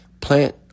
plant